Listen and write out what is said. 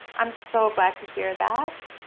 i'm so glad to hear that.